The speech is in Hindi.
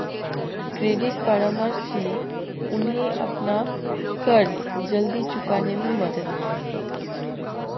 क्रेडिट परामर्श ने उन्हें अपना कर्ज जल्दी चुकाने में मदद की